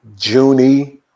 Junie